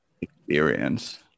experience